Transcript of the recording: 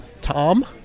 Tom